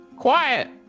Quiet